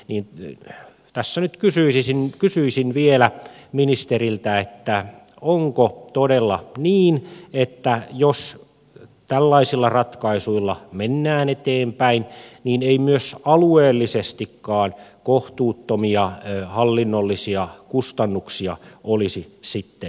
niin ei tässä nyt kysyisi sen kysyisin vielä ministeriltä ole onko todella niin että jos tällaisilla ratkaisuilla mennään eteenpäin niin ei myös alueellisestikaan kohtuuttomia hallinnollisia kustannuksia olisi sitten tulossa